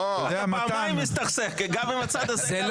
זה פעמיים הסתכסך, גם עם הצד הזה וגם עם הצד הזה.